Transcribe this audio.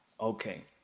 Okay